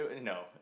No